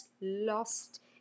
lost